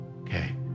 okay